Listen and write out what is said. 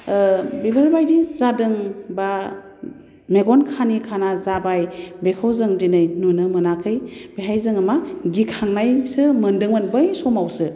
बेफोरबायदि जादों बा मेगन खानि खाना जाबाय बेखौ जों दिनै नुनो मोनाखै बेहाय जोङो मा गिखांनायसो मोनदोंमोन बै समावसो